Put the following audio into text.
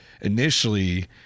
initially